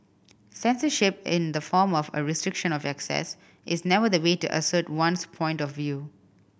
censorship in the form of a restriction of access is never the way to assert one's point of view